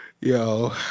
Yo